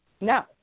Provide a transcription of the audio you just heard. No